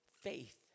Faith